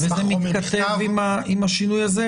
על סמך חומר בכתב --- וזה מתכתב עם השינוי הזה?